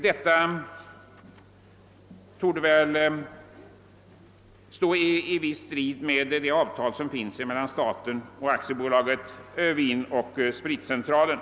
Detta synes i viss mån stå i strid mot det avtal som finns mellan staten och AB Vinoch spritcentralen.